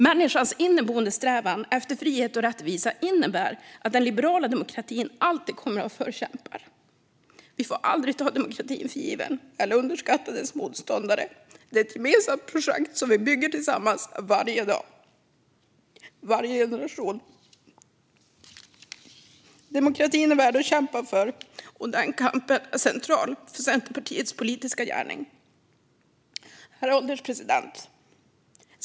Människans inneboende strävan efter frihet och rättvisa innebär att den liberala demokratin alltid kommer att ha förkämpar. Men vi får aldrig ta demokratin för given eller underskatta dess motståndare; den är ett gemensamt projekt som vi bygger tillsammans - varje dag, varje generation. Demokratin är värd att kämpa för, och den kampen är central för Centerpartiets politiska gärning. Herr ålderspresident!